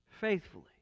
faithfully